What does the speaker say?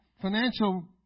financial